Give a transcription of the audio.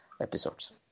episodes